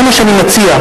זה מה שאני מציע,